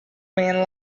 man